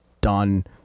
done